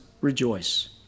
rejoice